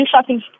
shopping